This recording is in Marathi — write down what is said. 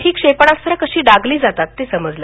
ही क्षेपणास्त्र कशी डागली जातात ते समजलं